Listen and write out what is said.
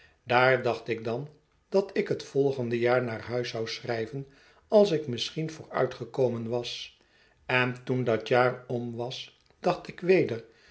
daar dacht ik dan dat ik het volgende jaar naar huis zou schrijven als ik misschien vooruitgekomen was en toen dat jaar om was dacht ik weder